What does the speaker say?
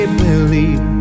believe